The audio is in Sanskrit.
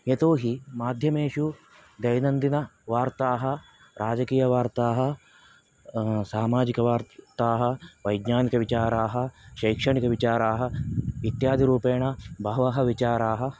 यतोऽहि माध्यमेषु दैनन्दिनवार्ताः राजकीयवार्ताः सामाजिकवार्ताः वैज्ञानिकविचाराः शैक्षणिकविचाराः इत्यादिरूपेण बहवः विचाराः